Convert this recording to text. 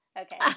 Okay